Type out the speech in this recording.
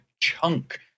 chunk